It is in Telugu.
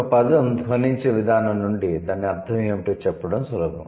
ఒక పదం ధ్వనించే విధానం నుండి దాని అర్థం ఏమిటో చెప్పడం సులభం